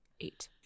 eight